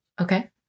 Okay